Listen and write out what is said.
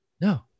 No